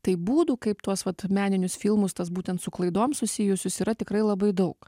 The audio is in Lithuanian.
tai būdų kaip tuos vat meninius filmus tas būtent su klaidom susijusius yra tikrai labai daug